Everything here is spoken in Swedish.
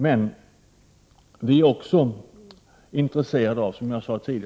Men vi är, som jag tidigare sade, också intresserade